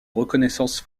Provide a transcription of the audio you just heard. reconnaissance